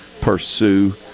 pursue